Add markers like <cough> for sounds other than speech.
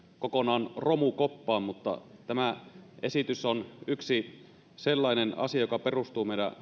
kokonaan romukoppaan mutta tämä esitys on yksi sellainen asia joka perustuu meidän <unintelligible>